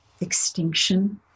extinction